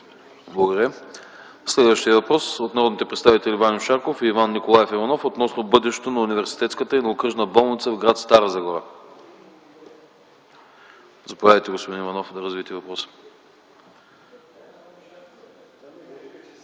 Благодаря. Следващият въпрос е от народните представители Ваньо Шарков и Иван Николаев Иванов относно бъдещето на Университетската и на Окръжната болница - гр. Стара Загора. Заповядайте, господин Иванов, да развиете въпроса.